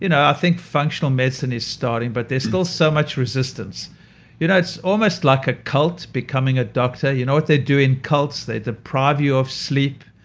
you know i think functional medicine is starting, but there's still so much resistance you know it's almost like a cult becoming a doctor. you know what they do in cults? they deprive you of sleep.